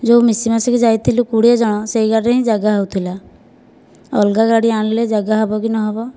ଯୋଉ ମିଶି ମାଶିକି ଯାଇଥିଲୁ କୋଡ଼ିଏ ଜଣ ସେହି ଗାଡ଼ି ରେ ହିଁ ଜାଗା ହେଉଥିଲା ଅଲଗା ଗାଡ଼ି ଆଣିଲେ ଜାଗା ହବ କି ନହେବ